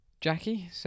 Jackie